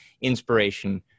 inspiration